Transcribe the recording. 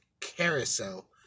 carousel